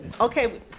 Okay